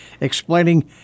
explaining